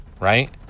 right